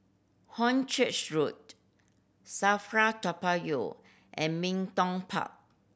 Hornchurch Road SAFRA Toa Payoh and Bin Tong Park